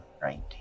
right